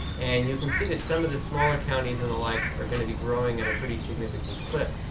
and you can see that some of the smaller counties and the like are going to be growing at a pretty significant clip.